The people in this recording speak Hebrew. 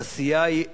התעשייה היא ערך.